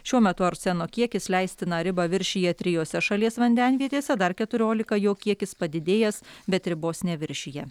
šiuo metu arseno kiekis leistiną ribą viršija trijose šalies vandenvietėse dar keturiolika jo kiekis padidėjęs bet ribos neviršija